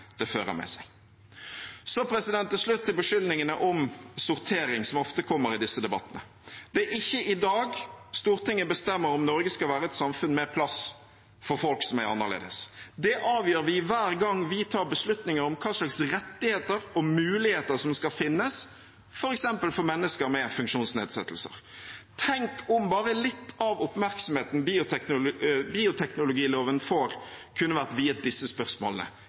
det fører med seg. Til slutt til beskyldningene om sortering, som ofte kommer i disse debattene: Det er ikke i dag Stortinget bestemmer om Norge skal være et samfunn med plass for folk som er annerledes. Det avgjør vi hver gang vi tar beslutninger om hva slags rettigheter og muligheter som skal finnes, f.eks. for mennesker med funksjonsnedsettelser. Tenk om bare litt av oppmerksomheten bioteknologiloven får, kunne vært viet disse spørsmålene